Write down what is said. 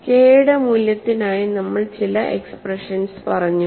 K യുടെ മൂല്യത്തിനായി നമ്മൾ ചില എക്സ്പ്രഷൻസ് പറഞ്ഞു